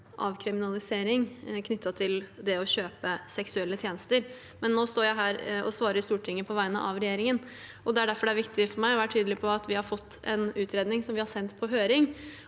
avkriminalisering knyttet til det å kjøpe seksuelle tjenester, men nå står jeg her og svarer i Stortinget på vegne av regjeringen. Det er derfor det er viktig for meg å være tydelig på at vi har fått en utredning som vi har sendt på høring,